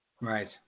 Right